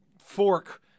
fork